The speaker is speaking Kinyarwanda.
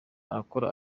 arakora